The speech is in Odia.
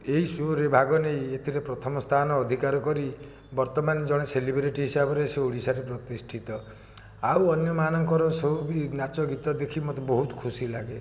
ଏଇ ସୋ'ରେ ଭାଗ ନେଇ ଏଥିରେ ପ୍ରଥମ ସ୍ଥାନ ଅଧିକାର କରି ବର୍ତ୍ତମାନ ଜଣେ ସେଲିବ୍ରିଟି ହିସାବରେ ସେ ଓଡ଼ିଶାରେ ପ୍ରତିଷ୍ଠିତ ଆଉ ଅନ୍ୟମାନଙ୍କର ସଉକି ନାଚ ଗୀତ ଦେଖି ମୋତେ ବହୁତ ଖୁସି ଲାଗେ